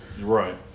right